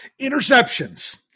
Interceptions